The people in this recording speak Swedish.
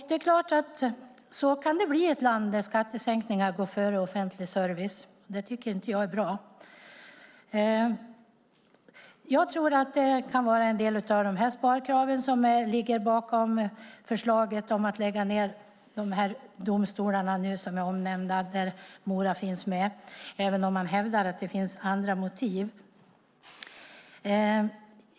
Det är klart att så kan det bli i ett land där skattesänkningar går före offentlig service. Det tycker inte jag är bra. Jag tror att det kan vara en del av dessa sparkrav som ligger bakom förslaget att lägga ned de domstolar som nu är omnämnda och där Mora finns med, även om man hävdar att det finns andra motiv.